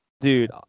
Dude